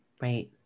Right